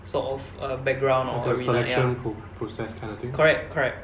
sort of err background or I mean like ya correct correct